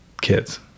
kids